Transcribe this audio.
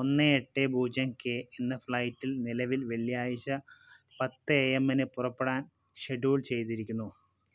ഒന്ന് എട്ട് പൂജ്യം കെ എന്ന ഫ്ലൈറ്റ് നിലവിൽ വെള്ളിയാഴ്ച പത്ത് എ എമ്മിന് പുറപ്പെടാൻ ഷെഡ്യൂൾ ചെയ്തിരിക്കുന്നു